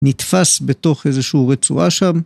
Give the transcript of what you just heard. נתפס בתוך איזושהי רצועה שם